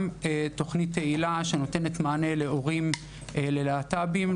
תוכנית תהיל"ה שנותנת מענה להורים ללהט"בים,